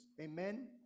amen